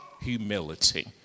humility